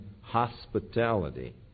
hospitality